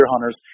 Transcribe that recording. hunters